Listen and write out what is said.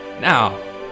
Now